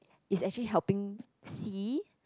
is actually helping C